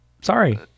Sorry